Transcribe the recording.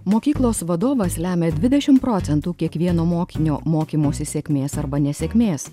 mokyklos vadovas lemia dvidešimt procentų kiekvieno mokinio mokymosi sėkmės arba nesėkmės